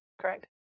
correct